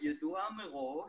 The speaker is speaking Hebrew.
הידועה מראש,